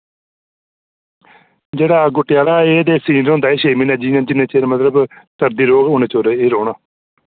जेह्ड़ा गुट्टी आह्ला एह् ते सीजन च होंदा एह् छे म्हीने जिन्ने जिन्ने चिर मतलब सर्दी रौह्ग उन्ने चिर एह् रौह्ना